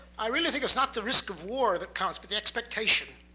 i really think it's not the risk of war that counts, but the expectation.